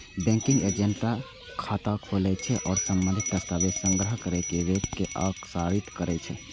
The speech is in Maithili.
बैंकिंग एजेंट खाता खोलै छै आ संबंधित दस्तावेज संग्रह कैर कें बैंक के अग्रसारित करै छै